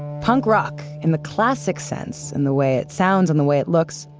punk rock, in the classic sense, in the way it sounds and the way it looks,